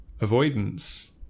avoidance